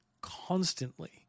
constantly